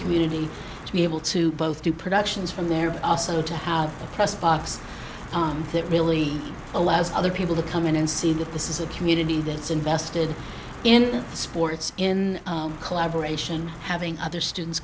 community to be able to both do productions from there but also to have a press box that really allows other people to come in and see that this is a community that's invested in sports in collaboration having other students